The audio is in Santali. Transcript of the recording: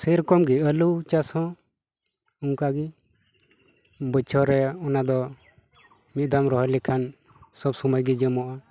ᱥᱮ ᱨᱚᱠᱚᱢ ᱜᱮ ᱟᱹᱞᱩ ᱪᱟᱥ ᱦᱚᱸ ᱚᱱᱠᱟ ᱜᱮ ᱵᱚᱪᱷᱚᱨ ᱨᱮ ᱚᱱᱟ ᱫᱚ ᱢᱤᱫ ᱫᱷᱟᱣᱮᱢ ᱨᱚᱦᱚᱭ ᱞᱮᱠᱷᱟᱱ ᱥᱚᱵ ᱥᱳᱢᱚᱭ ᱜᱮ ᱧᱚᱢᱚᱜᱼᱟ